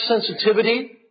sensitivity